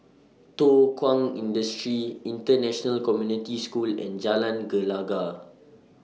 Thow Kwang Industry International Community School and Jalan Gelegar